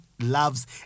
loves